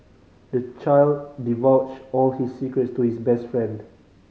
the child divulged all his secrets to his best friend